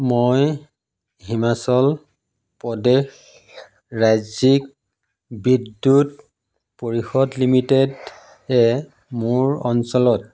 মই হিমাচল প্ৰদেশ ৰাজ্যিক বিদ্যুৎ পৰিষদ লিমিটেডে মোৰ অঞ্চলত